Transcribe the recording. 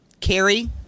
Carrie